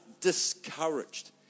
discouraged